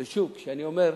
ושוב, כשאני אומר: